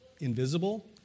invisible